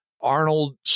Arnold